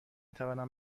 توانم